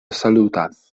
salutas